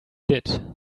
did